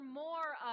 more